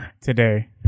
today